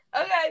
Okay